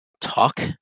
talk